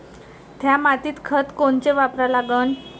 थ्या मातीत खतं कोनचे वापरा लागन?